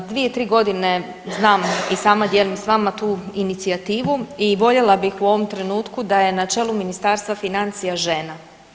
2, 3 godine, znam i sama, dijelim s vama tu inicijativu i voljela bih u ovom trenutku da je na čelu Ministarstva financija žena.